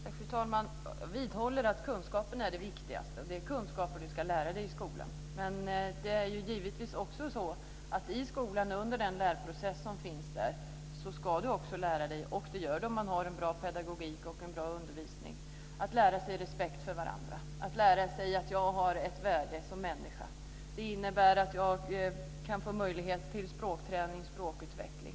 Fru talman! Jag vidhåller att kunskapen är det viktigaste. Det är kunskaper som man ska få i skolan. Men det är givetvis också så att i lärprocessen i skolan ska man också lära sig, och det gör man om det är en bra pedagogik och en bra undervisning, att visa respekt för varandra, att lära sig att man har ett värde som människa. Det innebär att man kan få möjlighet till språkträning och språkutveckling.